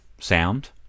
sound